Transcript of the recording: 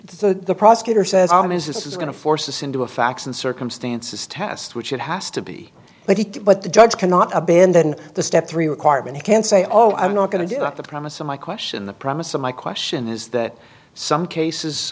the prosecutor says i'm is this is going to force us into a facts and circumstances test which it has to be but it but the judge cannot abandon the step three requirement he can't say oh i'm not going to do it the promise of my question the promise of my question is that some cases